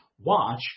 watch